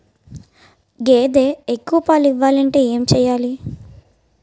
గేదె ఎక్కువ పాలు ఇవ్వాలంటే ఏంటి చెయాలి?